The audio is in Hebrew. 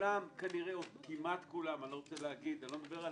- אני לא מדבר על